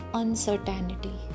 uncertainty